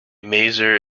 maser